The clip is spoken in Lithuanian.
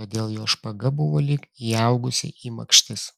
todėl jo špaga buvo lyg įaugusi į makštis